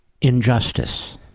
injustice